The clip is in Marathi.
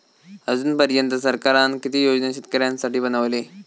अजून पर्यंत सरकारान किती योजना शेतकऱ्यांसाठी बनवले?